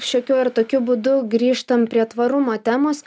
šiokiu ar tokiu būdu grįžtam prie tvarumo temos